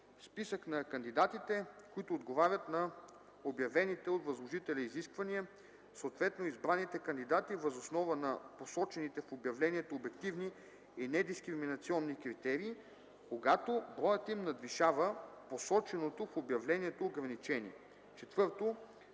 списък на кандидатите, които отговарят на обявените от възложителя изисквания, съответно избраните кандидати въз основа на посочените в обявлението обективни и недискриминационни критерии – когато броят им надвишава посоченото в обявлението ограничение; 4.